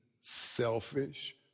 selfish